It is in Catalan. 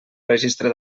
registre